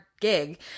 gig